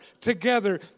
together